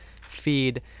feed